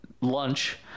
lunch